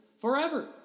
forever